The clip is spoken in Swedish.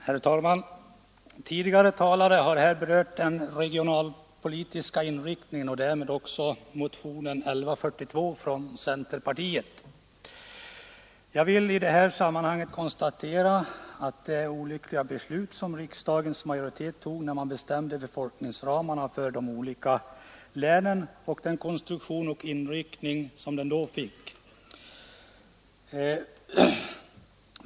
Herr talman! Tidigare talare har berört den regionalpolitiska inriktningen och därmed också motionen 1142 från centerpartiet. Jag vill i detta sammanhang bara konstatera att det var ett olyckligt beslut som riksdagens majoritet fattade, när den bestämde befolkningsramarna för de olika länen med den konstitution och inriktning som de då fick.